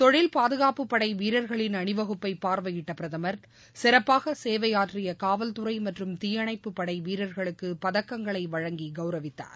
தொழில் பாதுகாப்பு படை வீரர்களின் அணிவகுப்பை பார்வையிட்ட பிரதமர் சிறப்பாக சேவையாற்றிய காவல்துறை மற்றும் தீயணைப்புப்படை வீரர்களுக்கு பதக்கங்களை வழங்கி கவுரவித்தார்